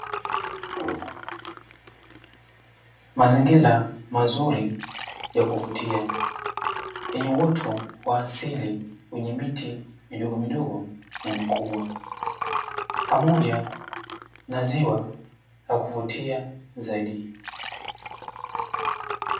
Mazingira mazuri ya kuvutia, yenye uoto wa asili wenye miti midogo midogo na mikubwa pamoja na ziwa na kuvutia zaidi.